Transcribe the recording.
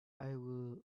will